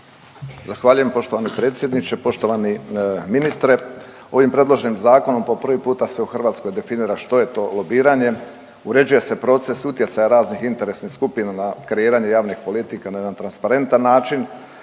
Zahvaljujem poštovani predsjedniče, poštovani ministre. Ovim predloženim zakonom po prvi puta se u Hrvatskoj definira što je to lobiranje, uređuje se proces utjecaja raznih interesnih skupina na kreiranje javnih politika na jedan transparentan način.